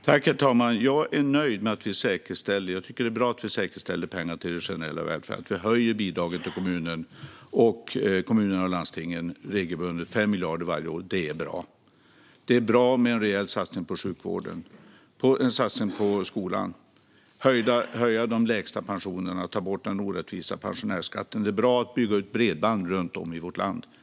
Herr talman! Jag tycker att det är bra att vi säkerställer pengar till den generella välfärden och höjer bidragen till kommunerna och landstingen regelbundet, med 5 miljarder varje år. Det är bra med en rejäl satsning på sjukvården och på skolan och att höja de lägsta pensionerna och ta bort den orättvisa pensionärsskatten. Det är mycket bra att bygga ut bredband runt om i vårt land.